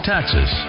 Taxes